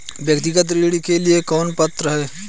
व्यक्तिगत ऋण के लिए कौन पात्र है?